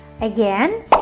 again